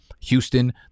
Houston